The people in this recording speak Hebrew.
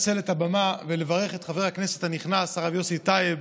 הבמה ולברך את חבר הכנסת הנכנס, הרב יוסי טייב,